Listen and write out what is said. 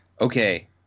Okay